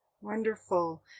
Wonderful